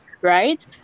Right